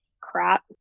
crap